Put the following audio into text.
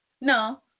No